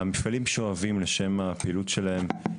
המפעלים שואבים לשם הפעילות שלהם,